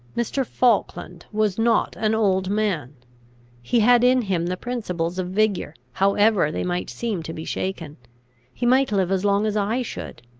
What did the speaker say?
mr. falkland was not an old man he had in him the principles of vigour, however they might seem to be shaken he might live as long as i should.